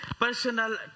personal